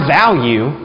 value